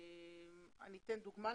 אני אתן דוגמה.